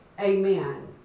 Amen